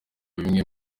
bimwe